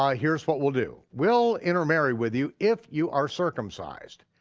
um here's what we'll do. we'll intermarry with you if you are circumcised.